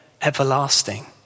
Everlasting